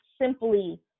simply